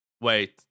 wait